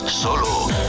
Solo